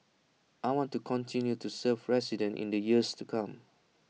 I want to continue to serve residents in the years to come